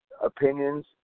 opinions